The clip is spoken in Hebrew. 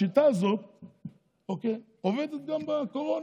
השיטה הזאת עובדת גם בקורונה.